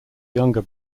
younger